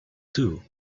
too